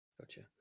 Gotcha